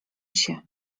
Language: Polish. się